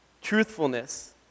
Truthfulness